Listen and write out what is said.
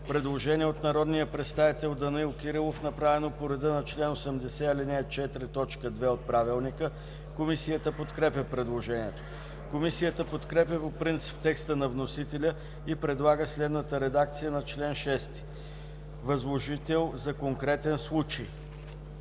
Предложение от народния представител Данаил Кирилов, направено по реда на чл. 80, ал. 4, т. 2 от Правилника, което е подкрепено от Комисията. Комисията подкрепя по принцип текста на вносителя и предлага следната редакция на чл. 6: „Възложител за конкретен случай